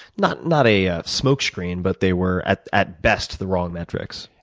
not not a ah smoke screen but they were at at best the wrong metrics,